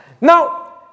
Now